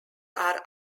are